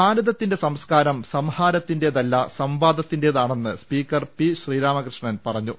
ഭാരതത്തിന്റെ സംസ് കാരം സംഹാരത്തിന്റെതല്ല സംവാദത്തിന്റെതാണന്നെ് സ്പീക്കർ പി ശ്രീരാമ കൃഷ്ണൻ പറഞ്ഞു